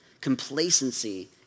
Complacency